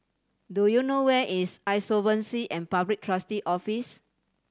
do you know where is Insolvency and Public Trustee Office